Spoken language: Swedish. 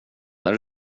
när